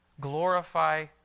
glorify